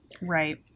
Right